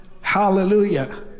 hallelujah